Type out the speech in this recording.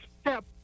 step